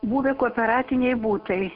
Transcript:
buvę kooperatiniai butai